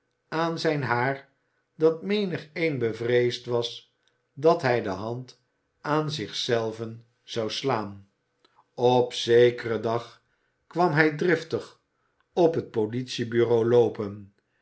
aan zijn haar dat menigeen bevreesd was dat hij de hand aan zich zelven zou slaan op zekeren dag kwam hij driftig op het politiebureau loopen